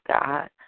God